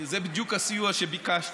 זה בדיוק הסיוע שביקשתי.